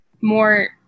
more